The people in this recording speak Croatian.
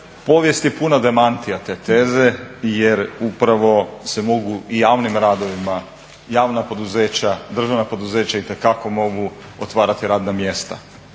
Povijest je puna demantija te teze jer upravo se mogu i javnim radovima, javna poduzeća, državna poduzeća itekako mogu otvarati radna mjesta.